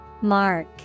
Mark